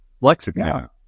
lexicon